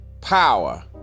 power